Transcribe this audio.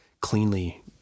cleanly